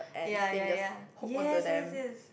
ya ya ya yes yes yes